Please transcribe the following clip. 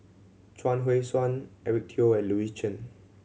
Chuang Hui Tsuan Eric Teo and Louis Chen